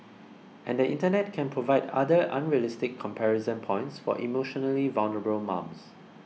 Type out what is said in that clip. and the Internet can provide other unrealistic comparison points for emotionally vulnerable mums